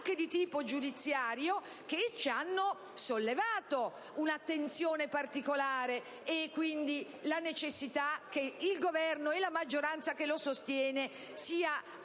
anche di tipo giudiziario, che hanno sollevato un'attenzione particolare e quindi la necessità che il Governo e la maggioranza che lo sostiene siano